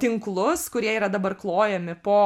tinklus kurie yra dabar klojami po